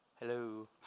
Hello